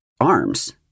arms